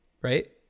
Right